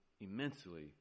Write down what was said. immensely